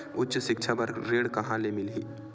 उच्च सिक्छा बर ऋण कहां ले मिलही?